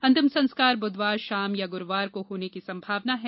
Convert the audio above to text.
अंतिम संस्कार बुधवार शाम या गुरुवार को होने की संभावना है